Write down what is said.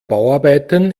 bauarbeiten